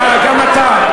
אה, גם אתה?